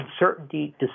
uncertainty